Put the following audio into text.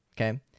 okay